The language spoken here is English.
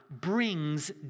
brings